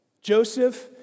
Joseph